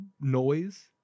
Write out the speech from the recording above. noise